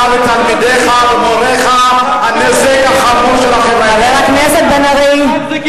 אתה ותלמידיך ומוריך הנזק החמור של החברה הישראלית.